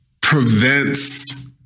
prevents